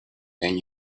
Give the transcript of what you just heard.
anyone